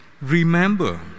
Remember